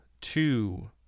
two